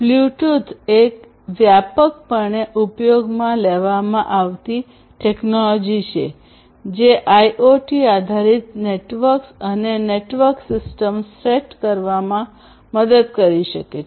Bluetooth એ વ્યાપકપણે ઉપયોગમાં લેવામાં આવતી ટેકનોલોજી છે જે આઇઓટી આધારિત નેટવર્ક્સ અને નેટવર્ક સિસ્ટમ્સ સેટ કરવામાં મદદ કરી શકે છે